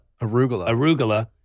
Arugula